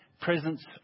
presence